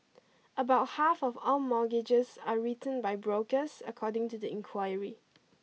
about half of all mortgages are written by brokers according to the inquiry